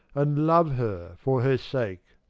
and love her for her sake.